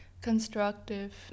Constructive